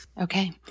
okay